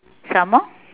some more